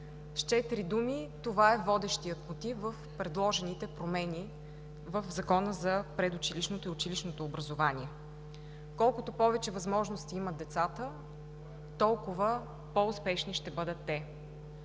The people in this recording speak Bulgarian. С четири думи това е водещият мотив в предложените промени в Закона за предучилищното и училищното образование – колкото повече възможности имат децата, толкова по-успешни ще бъдат те,